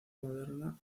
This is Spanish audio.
moderna